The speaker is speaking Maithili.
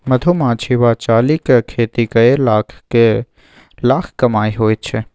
मधुमाछी वा चालीक खेती कए लाखक लाख कमाई होइत छै